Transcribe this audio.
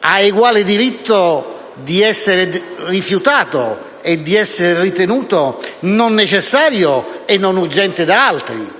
ha eguale diritto di essere rifiutato e di essere ritenuto non necessario e non urgente da altri,